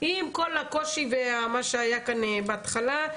עם כל הקושי ומה שהיה כאן בהתחלה,